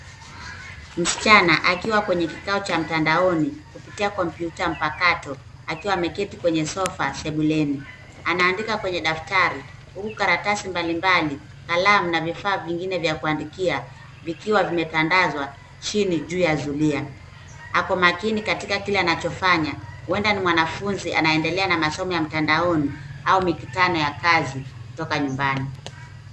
Msichana akiwa kwenye kikao cha mtandaoni kupitia kompyuta mpakato akiwa ameketi kwenye sofa sembuleni. Anaandika kwenye daftari huku karatasi mbalimbali, kalamu na vifaa vingine vya kuandikia vikiwa vimetandazwa chini juu ya zulia. Ako makini katika kile anachofanya, huenda ni mwanafunzi anaendelea na masomo ya mtandaoni au mikutano ya kazi kutoka nyumbani.